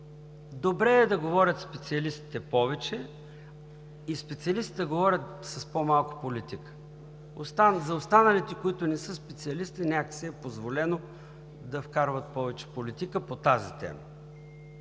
добре е да говорят специалистите повече и специалистите да говорят с по-малко политика. За останалите, които не са специалисти, някак си е позволено да вкарват повече политика по тази тема.